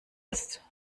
ist